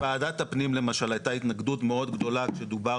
לוועדת הפנים למשל הייתה התנגדות מאוד גדולה שדובר